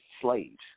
slaves